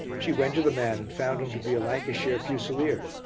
she went to the man and found him to be a lancashire fusilier.